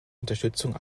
unterstützung